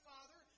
Father